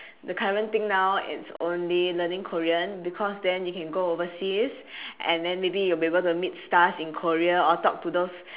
the current thing now it's only learning korean because then you can go overseas and then may be you will be able to meet stars in korea or talk to those